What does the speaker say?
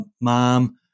mom